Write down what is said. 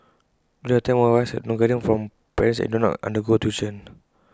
during our time most of us had no guidance from parents and did not undergo tuition